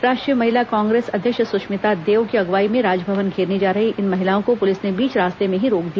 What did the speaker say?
राष्ट्रीय महिला कांग्रेस अध्यक्ष सुष्मिता देव की अगुवाई में राजभवन घेरने जा रही इन महिलाओं को पुलिस ने बीच रास्ते में ही रोक दिया